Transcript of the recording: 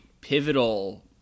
pivotal